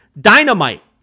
dynamite